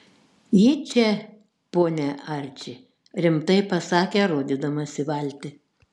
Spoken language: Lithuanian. ji čia pone arči rimtai pasakė rodydamas į valtį